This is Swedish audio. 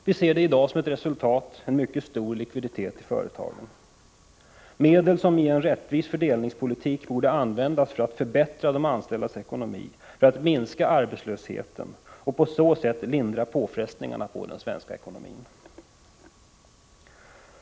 Vi ser i dag som resultat av detta en mycket stor likviditet i företagen. Det är medel som i en rättvis fördelningspolitik borde användas för att förbättra de anställdas ekonomi och för att minska arbetslösheten för att på så sätt lindra påfrestningarna på den svenska ekonomin.